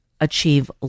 achieve